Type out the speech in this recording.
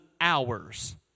hours